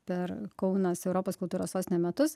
per kaunas europos kultūros sostinė metus